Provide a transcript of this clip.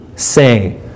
say